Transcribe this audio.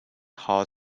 hot